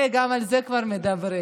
גם על זה כבר מדברים.